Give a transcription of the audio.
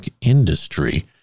industry